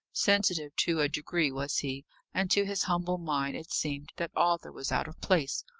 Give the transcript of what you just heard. sensitive to a degree was he and, to his humble mind, it seemed that arthur was out of place,